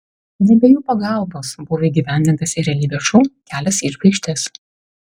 ne be jų pagalbos buvo įgyvendintas ir realybės šou kelias į žvaigždes